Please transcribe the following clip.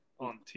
on